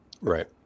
Right